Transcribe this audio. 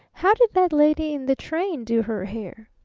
how did that lady in the train do her hair